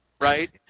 Right